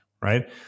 Right